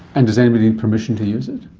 and does anybody need permission to use it?